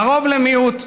והרוב למיעוט,